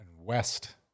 West